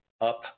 up